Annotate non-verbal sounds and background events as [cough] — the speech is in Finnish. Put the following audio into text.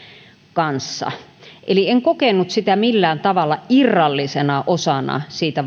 kanssa eli en kokenut sitä millään tavalla irrallisena osana siitä [unintelligible]